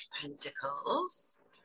Pentacles